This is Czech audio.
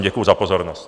Děkuji za pozornost.